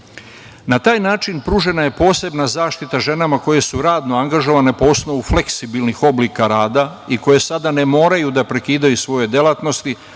Na taj način pružena je posebna zaštita ženama koje su radno angažovane po osnovu fleksibilnih oblika rada i koje sada ne moraju da prekidaju svoje delatnosti,